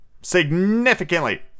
significantly